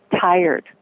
tired